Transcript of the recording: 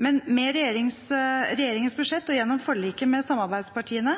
Men med regjeringens budsjett og gjennom forliket med samarbeidspartiene